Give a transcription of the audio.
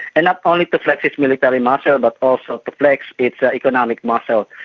and not only to flex its military muscle, but also to flex its economic muscle.